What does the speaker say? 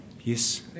Yes